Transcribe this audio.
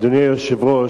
אדוני היושב-ראש,